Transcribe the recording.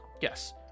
Yes